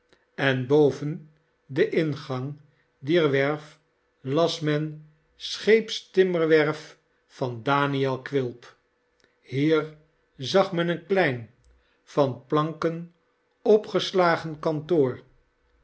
en boven den ingang dier werf las men scheepstimmerwerf van daniel quilp hier zag men een klein van planken opgeslagen kantoor